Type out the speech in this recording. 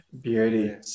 Beauty